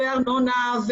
ארנונה,